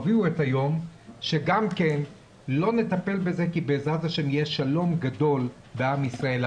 הביאו את היום שגם כן לא נטפל בזה כי בע"ה יהיה שלום גדול בעם ישראל'.